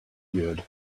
good